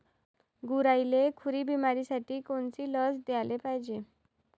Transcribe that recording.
गुरांइले खुरी बिमारीसाठी कोनची लस द्याले पायजे?